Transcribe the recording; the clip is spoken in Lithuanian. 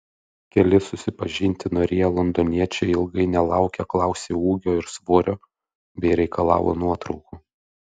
keli susipažinti norėję londoniečiai ilgai nelaukę klausė ūgio ir svorio bei reikalavo nuotraukų